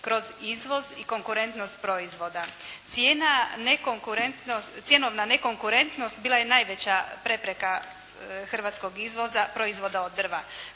kroz izvoz i konkurentnost proizvoda. Cjenovna nekonkurentnost bila je najveća prepreka hrvatskog izvoza proizvoda od drva.